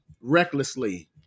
recklessly